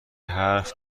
حرف